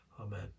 Amen